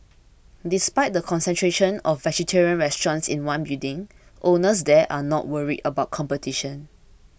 despite the concentration of vegetarian restaurants in one building owners there are not worried about competition